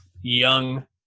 young